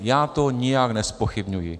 Já to nijak nezpochybňuji.